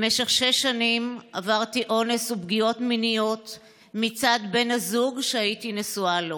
במשך שש שנים עברתי אונס ופגיעות מיניות מצד בן הזוג שהייתי נשואה לו.